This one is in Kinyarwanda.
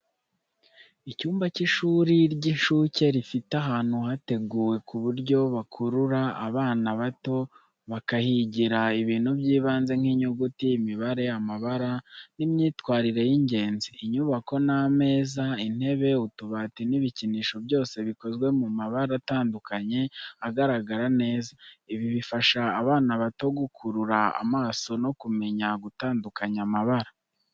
Icyumba cy’ishuri ry'inshuke rifite ahantu hateguwe ku buryo bukurura abana bato bakahigira ibintu by'ibanze nk’inyuguti, imibare, amabara n’imyitwarire y’ingenzi. Inyubako n’ameza, intebe, utubati n’ibikinisho byose bikozwe mu mabara atandukanye agaragara neza. Ibi bifasha abana bato gukurura amaso no kumenya gutandukanya amabara.